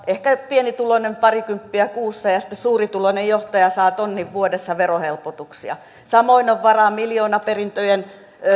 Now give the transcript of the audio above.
ehkä pienituloinen parikymppiä kuussa ja sitten suurituloinen johtaja saa tonnin vuodessa verohelpotuksia samoin on varaa miljoonaperintöjen